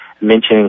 mentioning